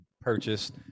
purchased